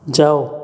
जाओ